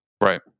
Right